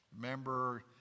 Remember